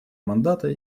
мандата